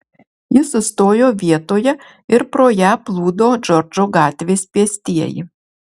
ji sustojo vietoje ir pro ją plūdo džordžo gatvės pėstieji